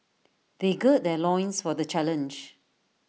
they gird their loins for the challenge